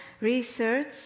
research